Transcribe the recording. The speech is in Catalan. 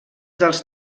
dels